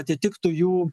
atitiktų jų